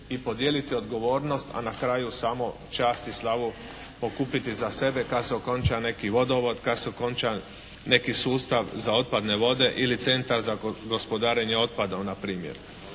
i podijeliti odgovornost a na kraju samo čast i slavu pokupiti za sebe kad se okonča neki vodovod, kad se okonča neki sustav za otpadne vode ili centar za gospodarenje otpadom na primjer.